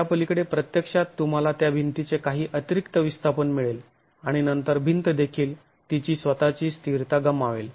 त्यापलीकडे प्रत्यक्षात तुम्हाला त्या भिंतीचे काही अतिरिक्त विस्थापन मिळेल आणि नंतर भिंत देखील तिची स्वतःची स्थिरता गमावेल